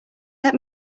let